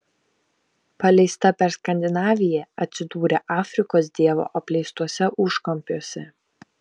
paleista per skandinaviją atsidūrė afrikos dievo apleistuose užkampiuose